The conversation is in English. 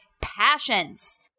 passions